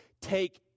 take